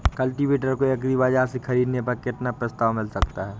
Cultivator को agri बाजार से ख़रीदने पर कितना प्रस्ताव मिल सकता है?